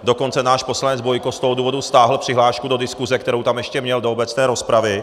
Dokonce náš poslanec Bojko z toho důvodu stáhl přihlášku do diskuse, kterou tam ještě měl, do obecné rozpravy.